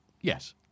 Yes